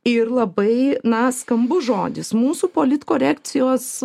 ir labai na skambus žodis mūsų politkorekcijos